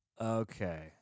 Okay